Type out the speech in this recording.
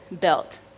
built